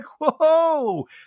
Whoa